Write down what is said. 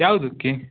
ಯಾವುದಕ್ಕೆ